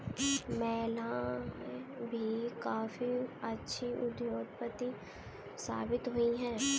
महिलाएं भी काफी अच्छी उद्योगपति साबित हुई हैं